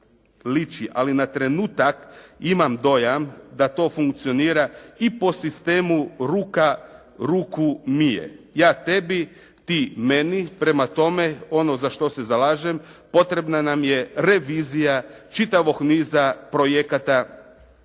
ali na trenutak imam dojam da to funkcionira i po sistemu ruka ruku mije. Ja tebi, ti meni, prema tome ono za što se zalažem potrebna nam je revizija čitavog niza projekata o